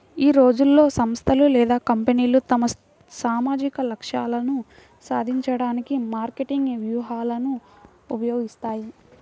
ఈ రోజుల్లో, సంస్థలు లేదా కంపెనీలు తమ సామాజిక లక్ష్యాలను సాధించడానికి మార్కెటింగ్ వ్యూహాలను ఉపయోగిస్తాయి